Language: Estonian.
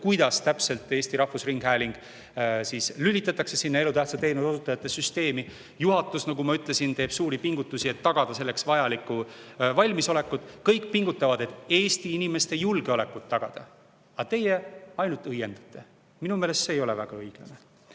kuidas täpselt Eesti Rahvusringhääling lülitatakse sinna elutähtsa teenuse osutajate süsteemi. Juhatus, nagu ma ütlesin, teeb suuri pingutusi, et tagada vajalik valmisolek. Kõik pingutavad, et Eesti inimeste julgeolekut tagada. Aga teie ainult õiendate. Minu meelest see ei ole õiglane.